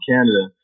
Canada